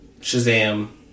Shazam